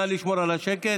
נא לשמור על השקט,